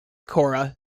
cora